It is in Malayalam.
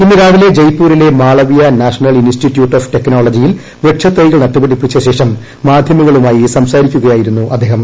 ഇന്ന് രാവിലെ ജയ്പൂരിലെ മാളവ്യ നാഷണൽ ഇൻസ്റ്റിറ്റ്യൂട്ട് ഓഫ് ടെക്നോളജിയിൽ വൃക്ഷതൈകൾ നട്ടുപിടിപ്പിച്ചശേഷം മാധ്യമങ്ങളുമായി സംസാരിക്കുകയായിരുന്നു അദ്ദേഹം